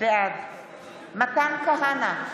בעד מתן כהנא,